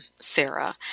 Sarah